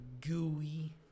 gooey